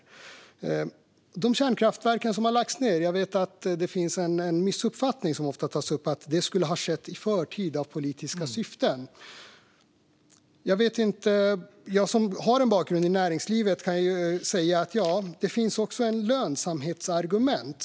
När det gäller de kärnkraftverk som har lagts ned finns det en missuppfattning som ofta tas upp, nämligen att det skulle ha skett i förtid med politiska syften. Jag som har en bakgrund i näringslivet kan säga att det också finns ett lönsamhetsargument.